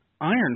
iron